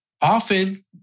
often